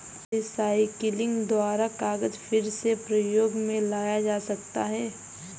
recycling द्वारा कागज फिर से प्रयोग मे लाया जा सकता है